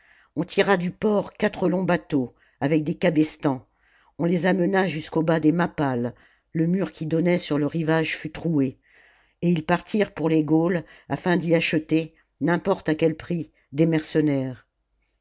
on tira du port quatre longs bateaux avec des cabestans on les amena jusqu'au bas des mappales le mur qui donnait sur le rivage fut troué et ils partirent pour les gaules afin d'y acheter n'importe à quel prix des mercenaires